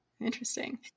Interesting